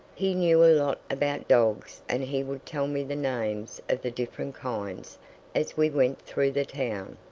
he knew a lot about dogs and he would tell me the names of the different kinds as we went through the town.